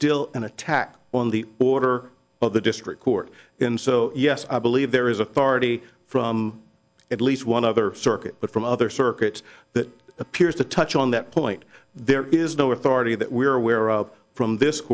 still an attack on the order of the district court in so yes i believe there is a party from at least one other circuit but from other circuits that appears to touch on that point there is no authority that we are aware of from this